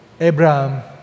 Abraham